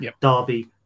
Derby